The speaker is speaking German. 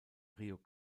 rio